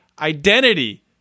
identity